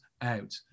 out